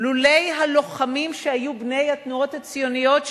ולולא הלוחמים שהיו בני התנועות הציוניות,